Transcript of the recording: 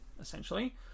essentially